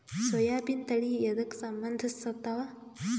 ಸೋಯಾಬಿನ ತಳಿ ಎದಕ ಸಂಭಂದಸತ್ತಾವ?